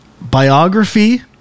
biography